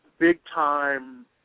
big-time